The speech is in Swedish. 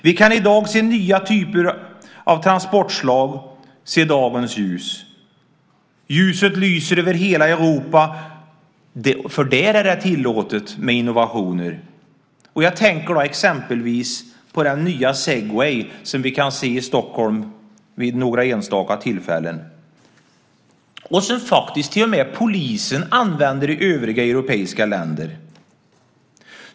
Vi kan i dag se nya typer av transportslag som ser dagens ljus. Ljuset lyser över hela Europa, för där är det tillåtet med innovationer. Jag tänker då exempelvis på den nya Segway som vi kan se i Stockholm vid några enstaka tillfällen och som faktiskt till och med polisen använder i övriga europeiska länder.